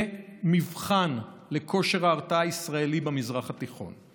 מבחן לכושר ההרתעה הישראלי במזרח התיכון.